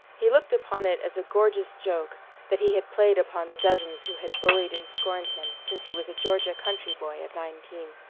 he looked upon it as a gorgeous joke that he had played upon the dozens who had bullied and scorned him since he was a georgia country boy of nineteen.